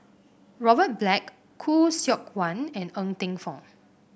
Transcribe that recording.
Robert Black Khoo Seok Wan and Ng Teng Fong